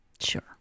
Sure